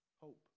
Hope